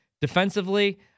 defensively